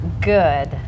Good